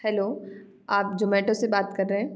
hello आप जोमैटो से बात कर रहे हैं